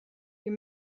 you